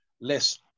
less